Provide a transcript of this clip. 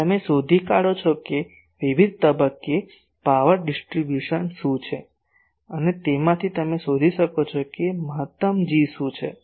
તમે શોધી કાઢો છો કે વિવિધ તબક્કે પાવર ડિસ્ટ્રિબ્યુશન શું છે અને તેમાંથી તમે શોધી શકો છો કે મહત્તમ G શું છે